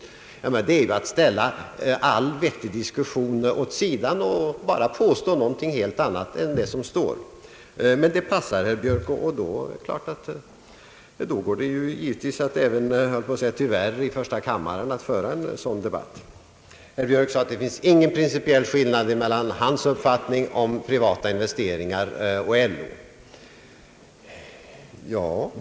Detta sätt att argumentera är att ställa all vettig diskussion åt sidan och påstå någonting helt annat än vad som sagts. Men ett sådant förfaringssätt passar tydligen herr Björk, och då går det tyvärr också i första kammaren att föra en sådan debatt. Herr Björk förklarade - att det inte finns någon principiell skillnad mellan hans och LO:s uppfattningar om Pprivata investeringar i u-länderna.